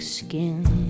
skin